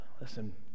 Listen